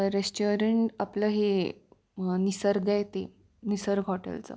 restaurant आपलं हे निसर्ग आहे ते निसर्ग हॉटेलचं